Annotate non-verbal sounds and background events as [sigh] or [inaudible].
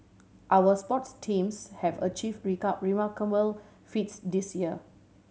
our sports teams have achieved [unintelligible] remarkable feats this year